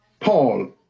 Paul